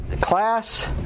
class